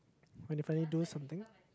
when you finally do something